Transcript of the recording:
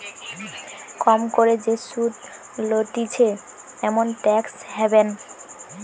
কম করে যে সুধ লইতেছে এমন ট্যাক্স হ্যাভেন